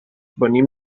venim